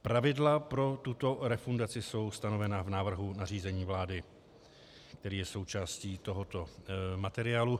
Pravidla pro tuto refundaci jsou stanovena v návrhu nařízení vlády, který jsou součástí tohoto materiálu.